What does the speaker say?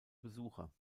besucher